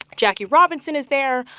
jackie robinson is there,